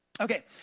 Okay